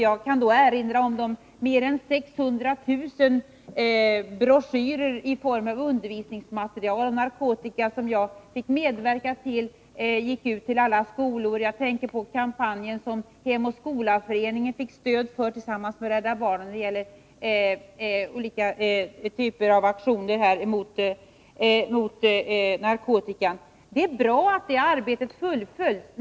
Jag kan då erinra om de mer än 600 000 broschyrer i form av undervisningsmaterial om narkotika som jag fick medverka till att få ut till alla skolor. Jag tänker på kampanjen som Hem och Skola-föreningen fick stöd för tillsammans med Rädda barnen när det gällde olika typer av aktioner mot narkotika. Det är bra att det arbetet fullföljs.